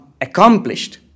accomplished